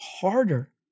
harder